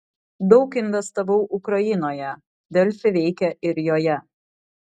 daug investavau ukrainoje delfi veikia ir joje